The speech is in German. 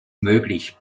möglich